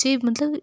जे मतलब